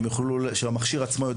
מכשיר שיודע